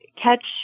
catch